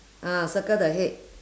ah circle the head